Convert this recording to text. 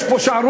יש פה שערורייה,